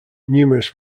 numerous